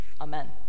Amen